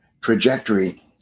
trajectory